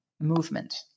movement